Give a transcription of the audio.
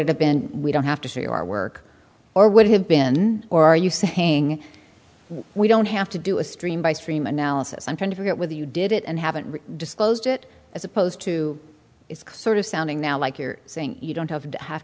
it have been we don't have to see our work or would have been or are you saying we don't have to do a stream by stream analysis i'm trying to figure out whether you did it and haven't disclosed it as opposed to sort of sounding now like you're saying you don't have to